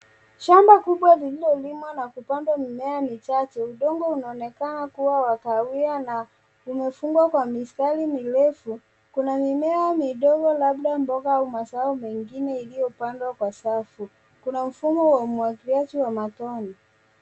Shamba kubwa lililolimwa na kupandwa mimea michache na udongo unaonekana kuwa wa kahawia na umefungwa kwa mistari mirefu. Kuna mimea mindogo labda mimea mazao mengine uliopandwa kwa safu. Kuna mfumo wa umwagiliaji wa matone.